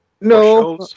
No